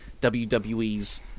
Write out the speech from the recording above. WWE's